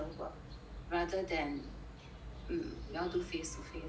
rather than um you all do face to face but